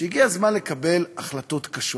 שהגיע הזמן לקבל החלטות קשות.